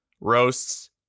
roasts